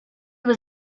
was